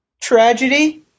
tragedy